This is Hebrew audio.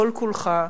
כל כולך,